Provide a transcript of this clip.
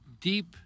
Deep